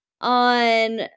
on